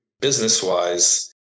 business-wise